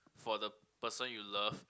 for the person you love